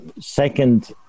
second